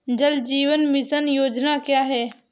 जल जीवन मिशन योजना क्या है?